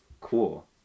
Cool